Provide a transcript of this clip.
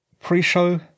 pre-show